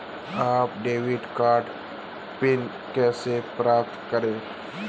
अपना debit card PIN कैसे प्राप्त करें?